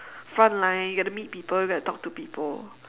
frontline you get to meet people you get to talk to people